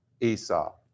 Esau